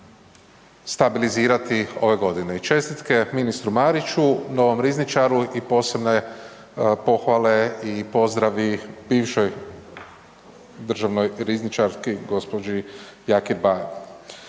stabilizirati ove godine. I čestitke ministru Mariću, novom rizničaru i posebne pohvale i pozdravi bivšoj državnoj rizničarki gospođi Jakir Bajo.